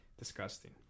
Disgusting